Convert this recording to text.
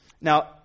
Now